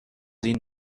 این